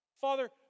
Father